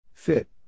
Fit